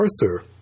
Arthur